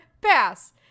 pass